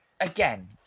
again